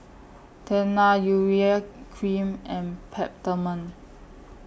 Tena Urea Cream and Peptamen